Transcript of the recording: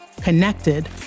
connected